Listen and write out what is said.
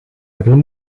hebben